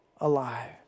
alive